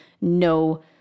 no